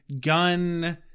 gun